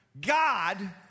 God